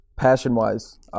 Passion-wise